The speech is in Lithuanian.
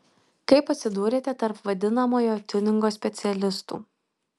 kaip atsidūrėte tarp vadinamojo tiuningo specialistų